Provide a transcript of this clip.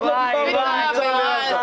עוד לא דיברנו על מבצע בעזה.